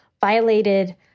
violated